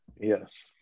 Yes